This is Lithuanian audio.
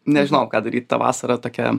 nežinojau ką daryt ta vasara tokia